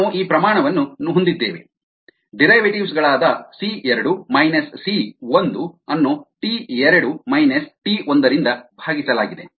ನಾವು ಈ ಪ್ರಮಾಣ ಅನ್ನು ಹೊಂದಿದ್ದೇವೆ ಡಿರೈವೆಟಿವ್ಸ್ ಗಳಾದ ಸಿ ಎರಡು ಮೈನಸ್ ಸಿ ಒಂದು ಅನ್ನು ಟಿ ಎರಡು ಮೈನಸ್ ಟಿ ಒಂದರಿಂದ ಭಾಗಿಸಲಾಗಿದೆ